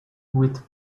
with